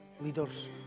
leaders